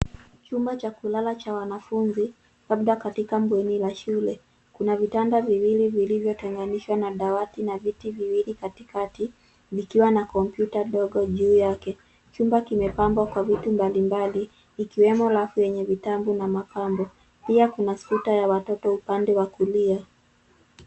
Chumba cha kulala cha wanafunzi, labda katika bweni la shule. Kuna vitanda viwili vilivyotenganishwa na dawati na viti viwili katikati, vikiwa na komputa ndogo juu yake. Chumba kimepambwa kwa vitu mbali mbali ikiwemo rafu yenye vitabu na mapambo. Pia Kuna Scooter ya watoto wadogo kwa upande wa kulia.